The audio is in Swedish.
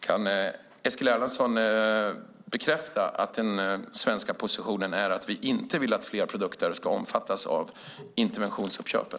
Kan Eskil Erlandsson bekräfta att den svenska positionen är att vi inte vill att fler produkter ska omfattas av interventionsuppköpen?